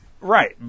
Right